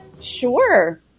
Sure